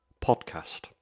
Podcast